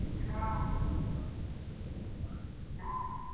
हॅंं हॅं